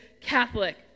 Catholic